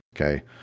okay